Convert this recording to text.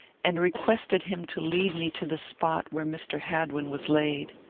and requested him to lead me to the spot where mr. hadwin was laid.